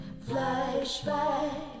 flashback